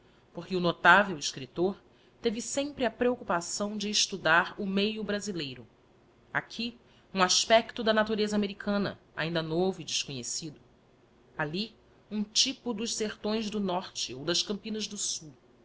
porque o notável escríptor teve sempre a preoccupaçfto de estudar o meio brasileiro aqui um aspecto da natureza americana ainda novo e desconhecido alli um typo dos sertões do norte ou das campinas do sul